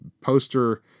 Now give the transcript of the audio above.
poster